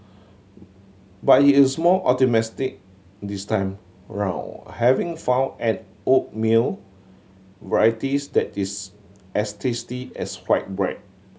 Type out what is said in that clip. but he is more optimistic this time round having found an oatmeal varieties that is as tasty as white bread